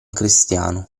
cristiano